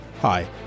Hi